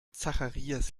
zacharias